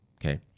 okay